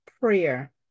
prayer